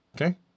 Okay